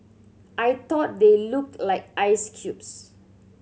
I thought they looked like ice cubes